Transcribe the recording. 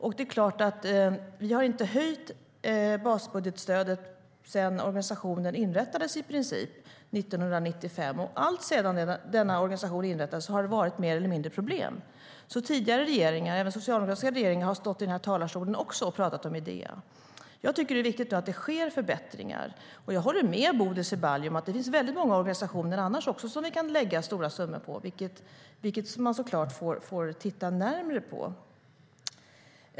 Nu har vi inte höjt basbudgetstödet sedan organisationen inrättades 1995, och alltsedan dess har det varit mer eller mindre problem. Tidigare regeringar, även socialdemokratiska regeringar, har också stått här i talarstolen och talat om Idea. Jag tycker att det är viktigt att det sker förbättringar. Jag håller med Bodil Ceballos om att det finns många andra organisationer som vi kan lägga stora summor på, och det får vi titta närmare på.